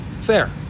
Fair